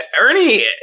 Ernie